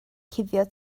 cuddio